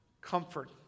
comfort